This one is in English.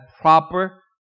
proper